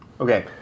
Okay